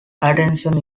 attention